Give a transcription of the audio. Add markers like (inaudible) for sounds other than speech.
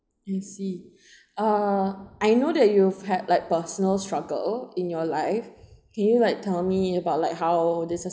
I see (breath) uh I know that you've had like personal struggle in your life (breath) can you like tell me about like how this